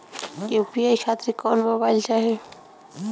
UPI खातिर कौन mobile चाहीं?